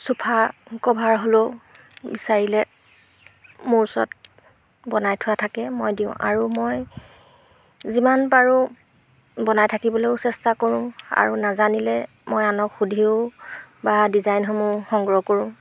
sofa cover হ'লেও বিচাৰিলে মোৰ ওচৰত বনাই থোৱা থাকে মই দিওঁ আৰু মই যিমান পাৰোঁ বনাই থাকিবলৈও চেষ্টা কৰোঁ আৰু নাজানিলে মই আনক সুধিও বা ডিজাইনসমূহ সংগ্ৰহ কৰোঁ